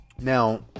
now